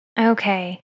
Okay